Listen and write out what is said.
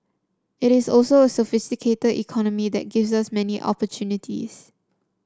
it is also a sophisticated economy that gives us many opportunities